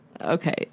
Okay